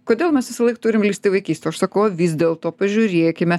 kodėl mes visąlaik turim lįst į vaikystę o aš sakau o vis dėlto pažiūrėkime